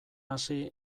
hasi